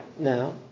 Now